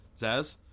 Zaz